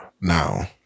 now